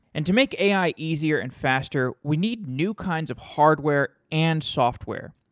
and to make ai easier and faster, we need new kinds of hardware and software,